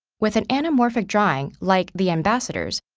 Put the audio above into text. with an anamorphic drawing, like the ambassadors,